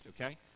okay